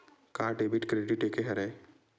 का debit credit एके हरय?